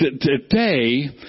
Today